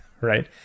right